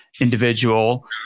individual